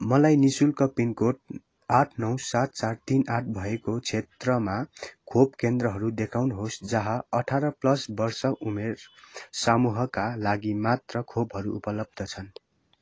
मलाई नि शुल्क पिनकोड आठ नौ सात चार तिन आठ भएको क्षेत्रमा खोप केन्द्रहरू देखाउनुहोस् जहाँ अठार पल्स वर्ष उमेर सामूहका लागि मात्र खोपहरू उपलब्ध छन्